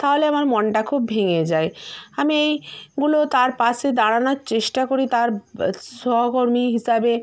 তাহলে আমার মনটা খুব ভেঙে যায় আমি এইগুলো তার পাশে দাঁড়ানোর চেষ্টা করি তার সহকর্মী হিসাবে